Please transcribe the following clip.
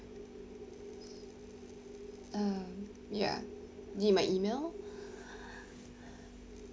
um ya need my email